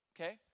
Okay